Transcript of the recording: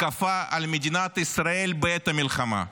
מתקפה על מדינת ישראל בעת המלחמה.